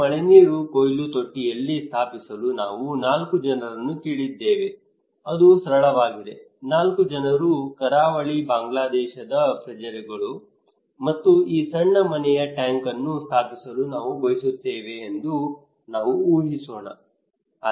ಈ ಮಳೆನೀರು ಕೊಯ್ಲು ತೊಟ್ಟಿಯನ್ನು ಸ್ಥಾಪಿಸಲು ನಾವು ನಾಲ್ಕು ಜನರನ್ನು ಕೇಳಿದ್ದೇವೆ ಅದು ಸರಳವಾಗಿದೆ ನಾಲ್ಕು ಜನರು ಕರಾವಳಿ ಬಾಂಗ್ಲಾದೇಶದ ಪ್ರಜೆಗಳು ಮತ್ತು ಈ ಸಣ್ಣ ಮನೆಯ ಟ್ಯಾಂಕ್ ಅನ್ನು ಸ್ಥಾಪಿಸಲು ನಾವು ಬಯಸುತ್ತೇವೆ ಎಂದು ನಾವು ಊಹಿಸೋಣ